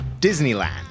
Disneyland